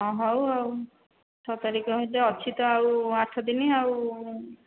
ହଁ ହେଉ ଆଉ ଛଅ ତାରିଖ ହେଲେ ଅଛି ତ ଆଉ ଆଠ ଦିନ ଆଉ